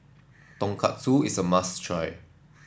Tonkatsu is a must try